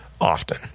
often